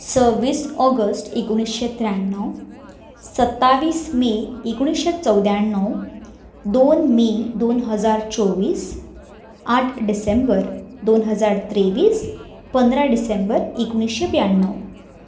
सव्वीस ऑगस्ट एकुणीशें त्र्याण्णव सत्तावीस मे एकुणीशें चवद्याण्णव दोन मे दोन हजार चोवीस आठ डिसेंबर दोन हजार तेव्वीस पंदरा डिसेंबर एकुणीशें ब्याण्णव